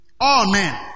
Amen